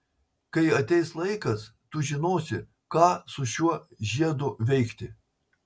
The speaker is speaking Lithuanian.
kai ateis laikas tu žinosi ką su šiuo žiedu veikti